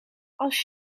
als